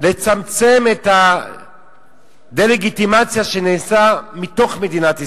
לצמצם את הדה-לגיטימציה שנעשתה מתוך מדינת ישראל.